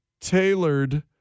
tailored